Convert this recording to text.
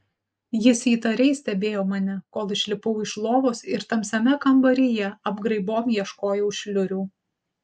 jis įtariai stebėjo mane kol išlipau iš lovos ir tamsiame kambaryje apgraibom ieškojau šliurių